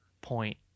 point